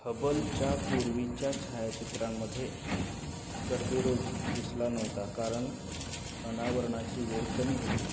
हबलच्या पूर्वीच्या छायाचित्रांमध्ये कर्बेरोज दिसला नव्हता कारण अनावरणाची वेळ कमी होती